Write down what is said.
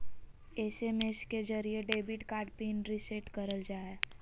SMS के जरिये debit card PIN reset करल जा हय